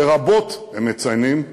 לרבות, הם מציינים,